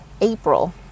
April